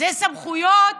אלה סמכויות